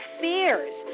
fears